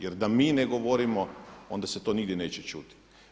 Jer da mi ne govorimo onda se to nigdje neće čuti.